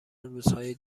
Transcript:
روزهای